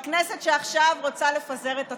בכנסת שעכשיו רוצה לפזר את עצמה.